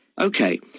Okay